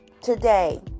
today